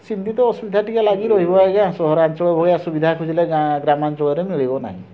ସେମତି ତ ଅସୁବିଧା ଟିକିଏ ଲାଗି ରହିବ ଆଜ୍ଞା ସହରାଞ୍ଚଳ ଭଳିଆ ସୁବିଧା ଖୋଜିଲେ ଗାଁ ଗ୍ରାମାଞ୍ଚଳରେ ମିଳିବ ନାହିଁ